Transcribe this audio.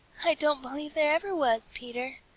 i don't believe there ever was, peter.